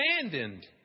abandoned